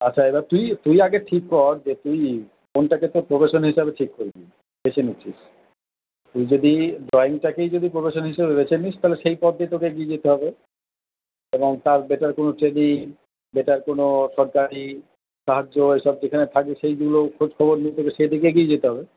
আচ্ছা এবার তুই তুই আগে ঠিক কর যে তুই কোনটাকে তোর প্রফেশন হিসাবে ঠিক করবি বেছে নিচ্ছিস তুই যদি ড্রয়িংটাকেই যদি প্রফেশন হিসেবে বেছে নিস তাহলে সেই পথ দিয়ে তোকে এগিয়ে যেতে হবে এবং তার বেটার কোনো ট্রেনিং বেটার কোনো সরকারি সাহায্য এসব যেখানে থাকবে সেইগুলো খোঁজ খবর নিতে হবে সেদিকে এগিয়ে যেতে হবে